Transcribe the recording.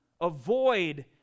Avoid